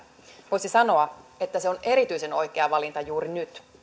voisi sanoa että se on erityisen oikea valinta juuri nyt